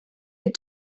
had